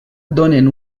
donen